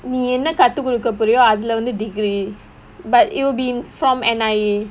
நீ என்ன கத்துக்குடுக்க போறியோ அதுல வந்து:nee enna kathukudukka poriyo athula vanthu degree but it'll be from N_I_E